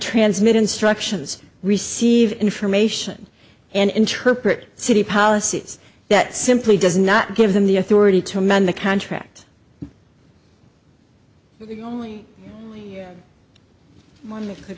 transmit instructions receive information and interpret city policies that simply does not give them the authority to amend the contract only